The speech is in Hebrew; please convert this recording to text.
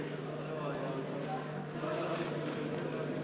אדוני היושב-ראש,